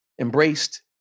embraced